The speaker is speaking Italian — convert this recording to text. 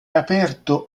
aperto